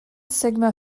sigma